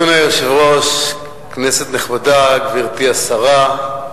אדוני היושב-ראש, כנסת נכבדה, גברתי השרה,